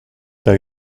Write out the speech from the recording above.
t’as